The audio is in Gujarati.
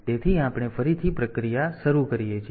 તેથી આપણે ફરીથી પ્રક્રિયા શરૂ કરીએ છીએ